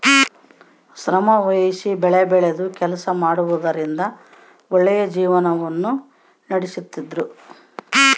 ಶ್ರಮವಹಿಸಿ ಬೆಳೆಬೆಳೆದು ಕೆಲಸ ಮಾಡುವುದರಿಂದ ಒಳ್ಳೆಯ ಜೀವನವನ್ನ ನಡಿಸ್ತಿದ್ರು